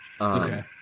Okay